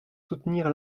soutenir